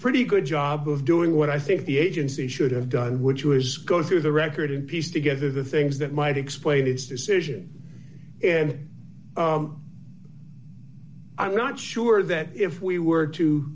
pretty good job of doing what i think the agency should have done which was go through the record and piece together the things that might explain its decision and i'm not sure that if we were to